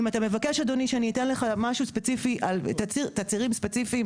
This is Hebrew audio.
אם אתה מבקש שאתן לך תצהירים ספציפיים